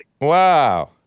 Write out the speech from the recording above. Wow